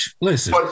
listen